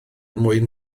mwyn